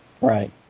Right